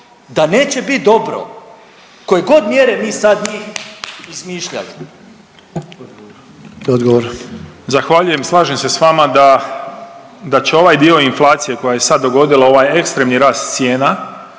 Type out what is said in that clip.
da neće bit dobro koje god mjere mi sad njih izmišljali.